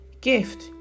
Gift